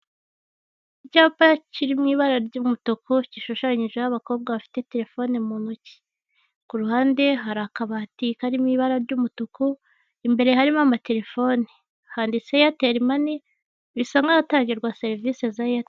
Icyapa kiri ku ibara ry'umutuku gishushanyijeho abakobwa bafite terefone mu ntoki. Ku ruhande hari akabati kari mu ibara ry'umutuku imbere harimo terefone, handitseho eyateri mani bisa nk'ahatangirwa serivise za eyateri.